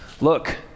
Look